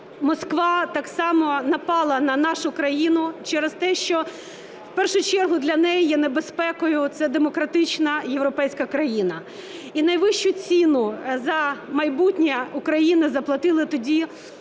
Москва так само напала на нашу країну через те, що в першу чергу для неї є небезпекою – це демократична європейська країна. І найвищу ціну за майбутнє України заплатили тоді Герої